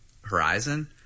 Horizon